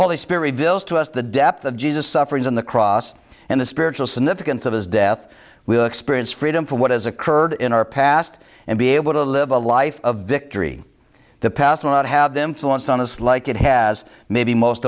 holy spirit villes to us the depth of jesus sufferings on the cross and the spiritual significance of his death we experience freedom from what has occurred in our past and be able to live a life of victory the past will not have them flaunts honest like it has maybe most